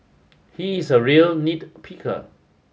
he is a real nit picker